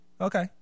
Okay